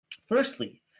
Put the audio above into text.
Firstly